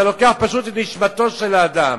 אתה לוקח פשוט את נשמתו של האדם.